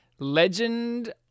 Legend